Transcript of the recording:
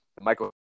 Michael